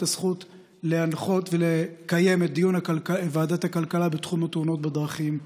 הזכות להנחות ולקיים את דיון ועדת הכלכלה בתחום תאונות הדרכים.